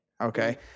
okay